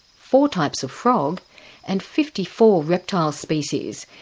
four types of frog and fifty four reptile species,